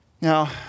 Now